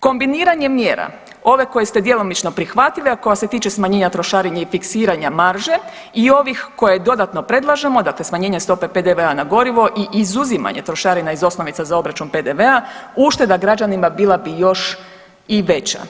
Kombiniranjem mjera ove koje ste djelomično prihvatili, a koja se tiče smanjenja trošarina i fiksiranja marže i ovih koje dodatno predlažemo, dakle smanjenje stopa PDV-a na gorivo i izuzimanje trošarina iz osnovica za obračun PDV-a ušteda građanima bila bi još i veća.